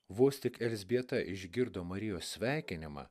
vos tik elzbieta išgirdo marijos sveikinimą